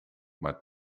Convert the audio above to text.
maar